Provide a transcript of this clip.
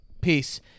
Peace